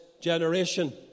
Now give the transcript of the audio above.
generation